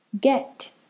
get